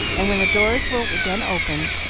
and, when the doors were again opened,